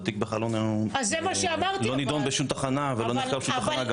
התיק בכלל לא נידון בשום תחנה ולא נחקר בשום תחנה.